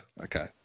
okay